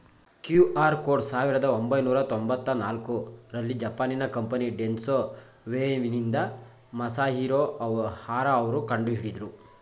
QR code ಸಾವಿರದ ಒಂಬೈನೂರ ತೊಂಬತ್ತ ನಾಲ್ಕುರಲ್ಲಿ ಜಪಾನಿನ ಕಂಪನಿ ಡೆನ್ಸೊ ವೇವ್ನಿಂದ ಮಸಾಹಿರೊ ಹರಾ ಅವ್ರು ಕಂಡುಹಿಡಿದ್ರು